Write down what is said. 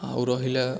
ଆଉ ରହିଲା